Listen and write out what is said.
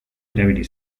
erabili